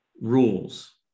rules